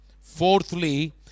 Fourthly